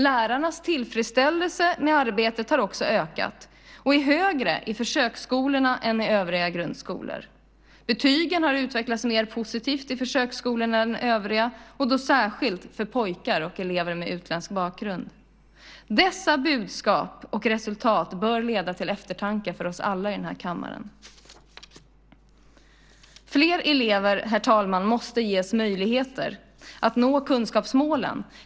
Lärarnas tillfredsställelse med arbetet har också ökat och är högre i försöksskolorna än i övriga grundskolor. Betygen har utvecklats mer positivt i försöksskolorna än i övriga skolor, och då särskilt för pojkar och elever med utländsk bakgrund. Dessa budskap och resultat bör leda till eftertanke för oss alla i denna kammare. Fler elever måste ges möjligheter att nå kunskapsmålen.